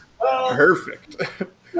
perfect